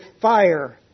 fire